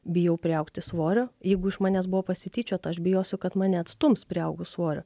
bijau priaugti svorio jeigu iš manęs buvo pasityčiota aš bijosiu kad mane atstums priaugus svorio